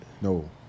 No